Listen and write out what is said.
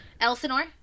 Elsinore